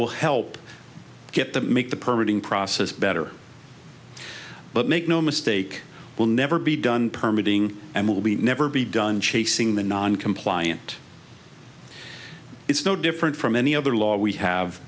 will help get the make the permuting process better but make no mistake will never be done permuting and will be never be done chasing the non compliant it's no different from any other law we have